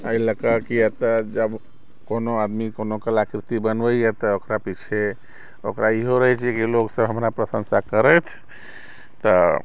एहि लऽ के एते जब कोनो आदमी कोनो कलाकृति बनबेया तऽ ओकरा पीछे ओकरा इहो रहै छै कि लोक सब हमरा प्रशंसा करथि त